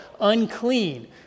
Unclean